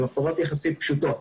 הם הפרות יחסית פשוטות.